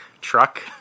Truck